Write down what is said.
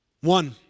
One